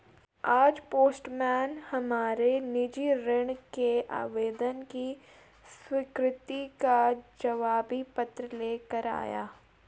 आज पोस्टमैन हमारे निजी ऋण के आवेदन की स्वीकृति का जवाबी पत्र ले कर आया